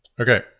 Okay